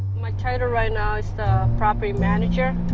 my title right now is the property manager,